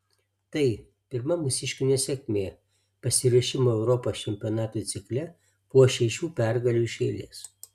tai pirma mūsiškių nesėkmė pasiruošimo europos čempionatui cikle po šešių pergalių iš eilės